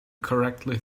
correctly